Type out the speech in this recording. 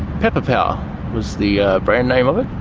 pepper power was the ah brand name of it.